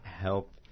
help